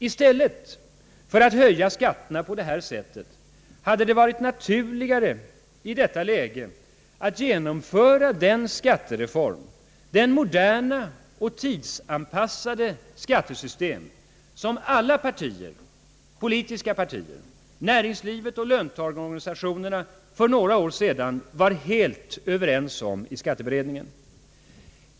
I stället för att höja skatterna på detta sätt hade det varit naturligare i detta läge att genomföra den skattereform — det moderna och tidsanpassade skattesystem — som alla politiska partier, näringsliv och löntagarorganisationer för något år sedan var helt överens om i skatteberedningen.